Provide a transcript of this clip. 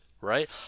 right